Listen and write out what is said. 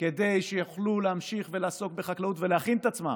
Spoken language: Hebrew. כדי שיוכלו להמשיך לעסוק בחקלאות ולהכין את עצמם